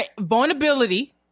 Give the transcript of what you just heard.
vulnerability